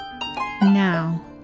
Now